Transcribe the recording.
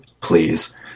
please